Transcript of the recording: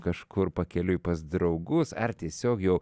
kažkur pakeliui pas draugus ar tiesiog jau